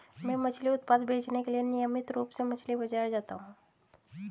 मैं मछली उत्पाद बेचने के लिए नियमित रूप से मछली बाजार जाता हूं